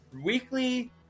weekly